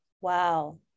Wow